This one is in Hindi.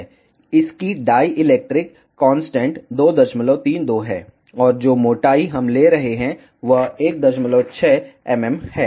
इसकी डाइलेक्ट्रिक कांस्टेंट 232 है और जो मोटाई हम ले रहे हैं वह 16 mm है